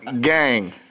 Gang